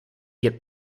get